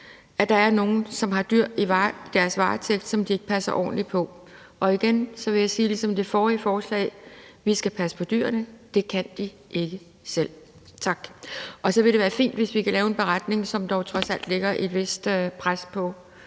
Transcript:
at der er nogle, som har dyr i deres varetægt, som de ikke passer ordentligt på. Igen vil jeg, ligesom under det forrige forslag, sige: Vi skal passe på dyrene; det kan de ikke selv. Og så vil det være fint, hvis vi kan lave en beretning, som trods alt lægger et vist pres på